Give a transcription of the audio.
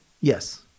Yes